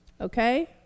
okay